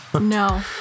No